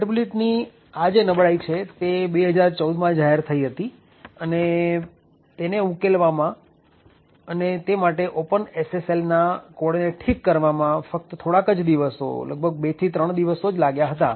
હાર્ટબ્લીડની આ જે નબળાઈ છે તે ૨૦૧૪માં જાહેર થઇ હતી અને તેને ઉકેલવામાં અને તે માટે ઓપન SSLના કોડને ઠીક કરવામાં ફક્ત થોડા જ દિવસો ૨ થી ૩ દિવસો જ લાગ્યા હતા